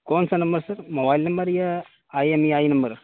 کون سا number sir mobile number یا I M E I number